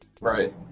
right